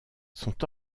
sont